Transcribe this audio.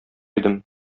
идем